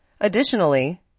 Additionally